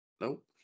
Nope